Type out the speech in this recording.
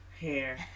hair